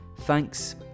Thanks